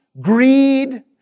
greed